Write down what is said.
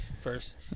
First